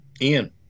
Ian